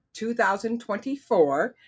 2024